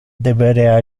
deberea